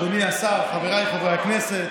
אדוני השר, חבריי חברי הכנסת,